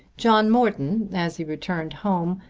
john morton, as he returned home,